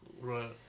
Right